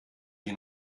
die